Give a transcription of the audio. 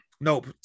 Nope